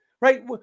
right